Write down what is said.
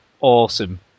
awesome